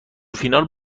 فینال